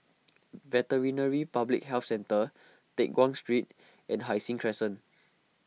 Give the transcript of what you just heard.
Veterinary Public Health Centre Teck Guan Street and Hai Sing Crescent